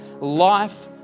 life